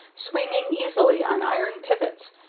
swinging easily on iron pivots,